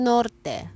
Norte